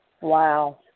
Wow